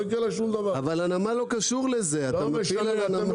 הסיסמה הזאת שכל אחד שלא מוציא בזמן משלם להם קנס,